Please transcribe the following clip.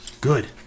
Good